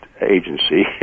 agency